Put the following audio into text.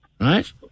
Right